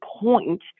point